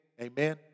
Amen